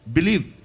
Believe